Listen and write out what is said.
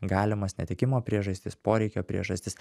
galimas netekimo priežastis poreikio priežastis